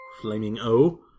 Flamingo